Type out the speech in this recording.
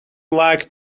like